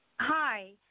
Hi